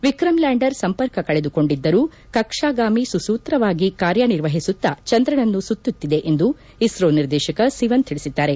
Vikram lander ಸಂಪರ್ಕ ಕಳೆದುಕೊಂಡಿದ್ದರೂ ಕಕ್ಷಾಗಾಮಿ ಸುಸೂತ್ರವಾಗಿ ಕಾರ್ಯನಿರ್ವಹಿಸುತ್ತಾ ಚಂದ್ರನನ್ನು ಸುತ್ತುತ್ತಿದೆ ಎಂದು ಇಸ್ತೋ ನಿರ್ದೇಶಕ ಸಿವನ್ ತಿಳಿಸಿದ್ದಾರೆ